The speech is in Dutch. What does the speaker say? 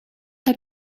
het